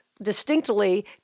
distinctly